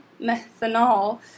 methanol